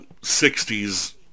60s